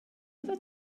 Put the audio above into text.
ever